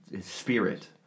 spirit